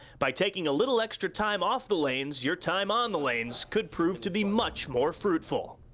by taking a little extra time off the lanes, your time on the lanes could prove to be much more fruitful.